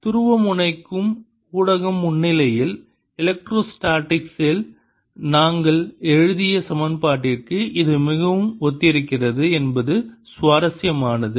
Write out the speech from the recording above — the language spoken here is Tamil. துருவமுனைக்கும் ஊடகம் முன்னிலையில் எலக்ட்ரோஸ்டேடிக்ஸில் நாங்கள் எழுதிய சமன்பாட்டிற்கு இது மிகவும் ஒத்திருக்கிறது என்பது சுவாரஸ்யமானது